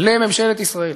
לממשלת ישראל